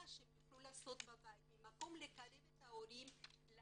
להורים שהם יוכלו לעשות בבית ממקום של לקרב את ההורים לילדים.